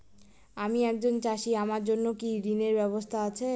আমি একজন চাষী আমার জন্য কি ঋণের ব্যবস্থা আছে?